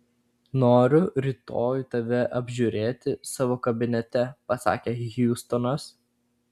noriu rytoj tave apžiūrėti savo kabinete pasakė hjustonas